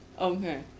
Okay